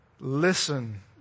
Listen